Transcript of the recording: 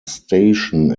station